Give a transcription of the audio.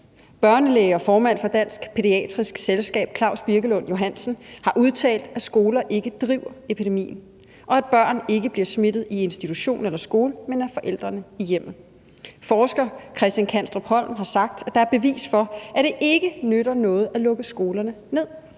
børnelæge og formand for Dansk Pædiatrisk Selskab Klaus Birkelund Johansen har udtalt, at skoler ikke driver epidemien, at børn ikke bliver smittet i institution eller skole, men af forældrene i hjemmet. Og forsker Christian Kanstrup Holm har sagt, at der er bevis for, at det ikke nytter noget at lukke skolerne ned.